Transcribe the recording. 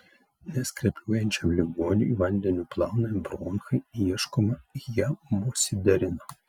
neskrepliuojančiam ligoniui vandeniu plaunami bronchai ieškoma hemosiderino